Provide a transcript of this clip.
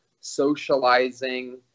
socializing